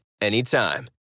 anytime